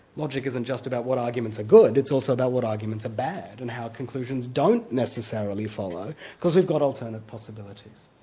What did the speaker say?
logic isn't just about what arguments are good, it's also about what arguments are bad, and how conclusions don't necessarily follow because we've got alternate possibilities.